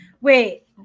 Wait